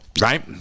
Right